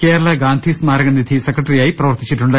കേരള ഗാന്ധി സ്മാരക നിധി സെക്രട്ടറിയായി പ്രവർത്തിച്ചിട്ടുണ്ട്